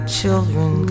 children